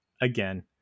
again